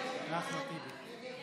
של קבוצת